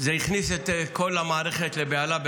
שזה הכניס את כל המערכת לבהלה.